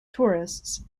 tourists